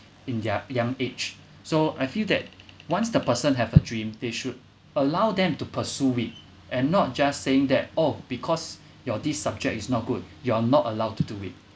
in their young age so I feel that once the person have a dream they should allow them to pursue it and not just saying that oh because your this subject is not good you are not allowed to do it